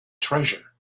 treasure